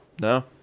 No